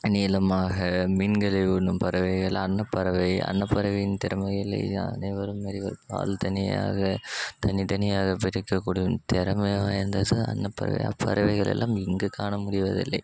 நீளமாக மீன்களை உண்ணும் பறவைகள் அன்னப்பறவை அன்னப்பறவையின் திறமையிலேயே அனைவரும் அறிவார் பால் தனியாக தண்ணி தனியாக பிரிக்கக்கூடிய திறமையா அன்னப்பறவை அப்பறவைகளெல்லாம் இங்கு காண முடிவதில்லை